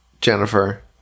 Jennifer